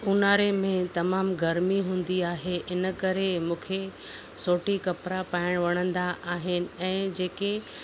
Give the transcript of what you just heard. ऊन्हारे में तमामु गर्मी हूंदी आहे हिन करे मूंखे सोटी कपड़ा पाइणु वणंदा आहिनि ऐं जेके